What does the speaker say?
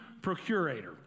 procurator